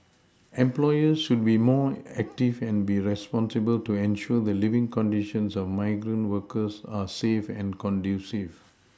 employers should be more active and be responsible to ensure the living conditions of migrant workers are safe and conducive